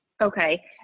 Okay